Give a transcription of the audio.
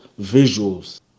visuals